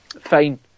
fine